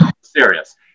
serious